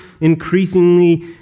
increasingly